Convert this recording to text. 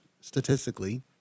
statistically